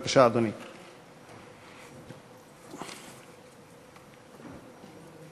בבקשה, אדוני.